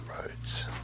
roads